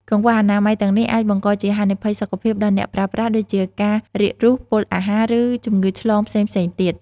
កង្វះអនាម័យទាំងនេះអាចបង្កជាហានិភ័យសុខភាពដល់អ្នកប្រើប្រាស់ ដូចជាការរាករូស ពុលអាហារ ឬជំងឺឆ្លងផ្សេងៗទៀត។